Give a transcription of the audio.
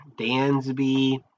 Dansby